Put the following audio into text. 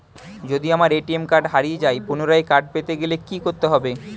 যদি আমার ATM card হারিয়ে যায় পুনরায় কার্ড পেতে গেলে কি করতে হবে?